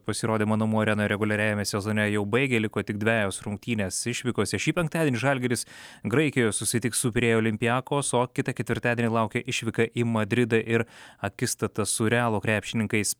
pasirodymą namų arenoje reguliariajame sezone jau baigė liko tik dvejos rungtynės išvykose šį penktadienį žalgiris graikijoj susitiks su pirėjo olimpiakos o kitą ketvirtadienį laukia išvyka į madridą ir akistata su realo krepšininkais